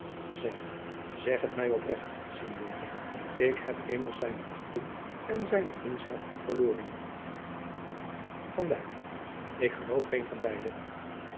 zeg zeg het mij opregt signore ik heb immers zijne achting en zijne vriendschap verloren van dijk ik geloof geen van beide